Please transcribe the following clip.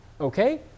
Okay